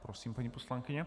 Prosím, paní poslankyně.